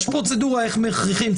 יש פרוצדורה איך מכריחים,